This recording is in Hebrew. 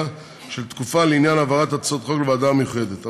של תקופה לעניין העברת הצעות חוק לוועדה המיוחדת.